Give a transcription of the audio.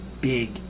big